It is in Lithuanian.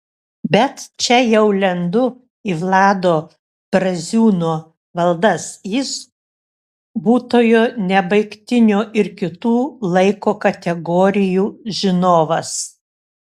bet čia jau lendu į vlado braziūno valdas jis būtojo nebaigtinio ir kitų laiko kategorijų žinovas